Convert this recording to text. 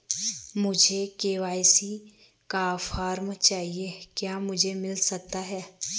मुझे के.वाई.सी का फॉर्म चाहिए क्या मुझे मिल सकता है?